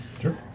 Sure